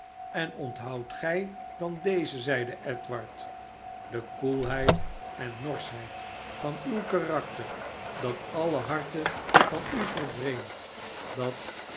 en onthoud gij dan deze zeide edward de koelr heid en norschheid van uw karakter dat alle harten van u vervreemdt dat